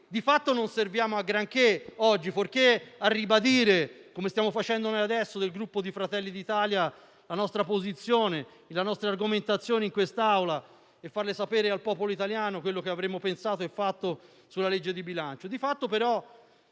Di fatto non serviamo a granché oggi, tranne che a ribadire, come stiamo facendo adesso noi del Gruppo Fratelli d'Italia, la nostra posizione e le nostre argomentazioni per far sapere al popolo italiano quello che avremmo pensato sulla manovra di bilancio